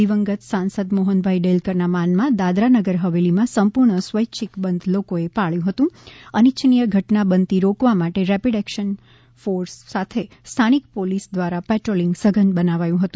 દિવંગત સાંસદ મોફનભાઇ ડેલકરના માનમાં દાદરા નગર હવેલીમાં સંર્પણ સ્વૈચ્છિક બંધ લોકોએ પાળ્યું હતું અને અનિછનીય ઘટના બનતી રોકવા માટે રેપિડ ઍકશન ફોર્સ સાથે સ્થાનિક પોલિસ દ્રારા પેટ્રોલીંગ સઘન બનાવાયું છે